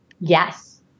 Yes